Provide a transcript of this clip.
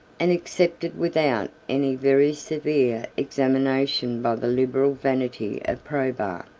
and accepted without any very severe examination by the liberal vanity of probus.